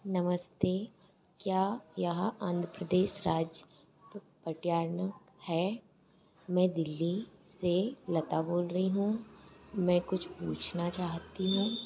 नमस्ते क्या यह आंध्र प्रदेश राज्य है मैं दिल्ली से लता बोल रही हूँ मैं कुछ पूछना चाहती हूँ